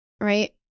right